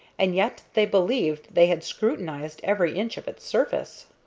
and yet they believed they had scrutinized every inch of its surface.